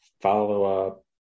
follow-up